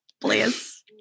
please